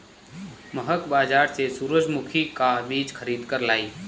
महक बाजार से सूरजमुखी का बीज खरीद कर लाई